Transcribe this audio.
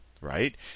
Right